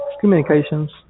communications